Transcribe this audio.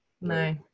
No